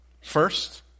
First